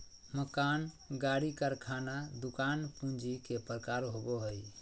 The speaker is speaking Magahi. मकान, गाड़ी, कारखाना, दुकान पूंजी के प्रकार होबो हइ